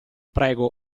prego